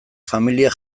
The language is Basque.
familiek